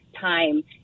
time